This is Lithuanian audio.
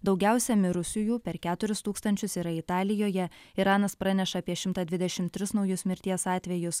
daugiausia mirusiųjų per keturis tūkstančius yra italijoje iranas praneša apie šimtą dvidešimt tris naujus mirties atvejus